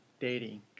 dating